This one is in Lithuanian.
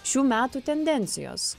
šių metų tendencijos